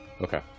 Okay